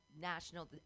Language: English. National